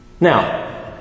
Now